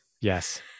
Yes